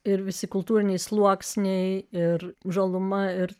ir visi kultūriniai sluoksniai ir žaluma ir